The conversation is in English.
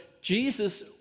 Jesus